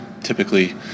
typically